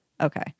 Okay